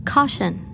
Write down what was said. Caution